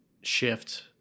shift